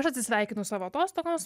aš atsisveikinu savo atostogoms